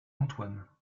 antoine